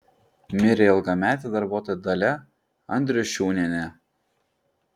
mirė ilgametė darbuotoja dalia andriušiūnienė